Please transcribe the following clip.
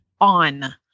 on